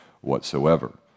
whatsoever